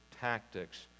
tactics